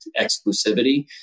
exclusivity